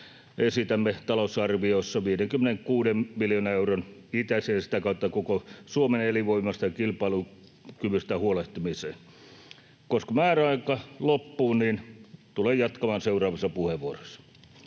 esitämme talousarviossa 56 miljoonaa euroa itäisen ja sitä kautta koko Suomen elinvoimasta ja kilpailukyvystä huolehtimiseen. Koska määräaika loppuu, tulen jatkamaan seuraavassa puheenvuorossa.